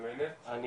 אני